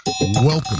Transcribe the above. Welcome